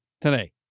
today